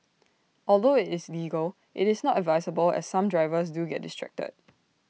although IT is legal IT is not advisable as some drivers do get distracted